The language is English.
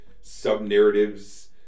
sub-narratives